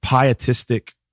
pietistic